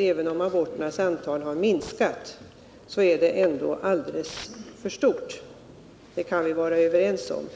Även om aborternas antal har minskat så är det ändå alldeles för stort — det kan vi var överens om.